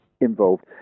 involved